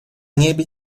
небе